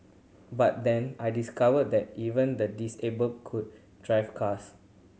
but then I discovered that even the disabled could drive cars